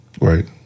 Right